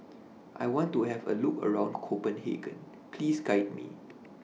I want to Have A Look around Copenhagen Please Guide Me